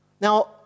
Now